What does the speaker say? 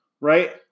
right